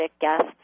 guests